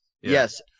Yes